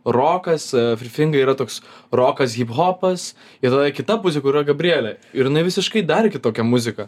rokas free finga yra toks rokas hiphopas ir tada kita pusė kur yra gabrielė ir jinai visiškai dar kitokia muzika